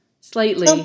Slightly